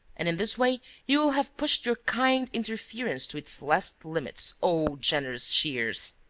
and in this way you will have pushed your kind interference to its last limits, o generous shears!